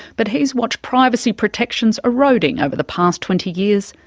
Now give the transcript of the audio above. but he's watched privacy protections eroding over the past twenty years,